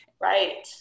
right